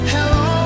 Hello